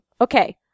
okay